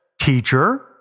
teacher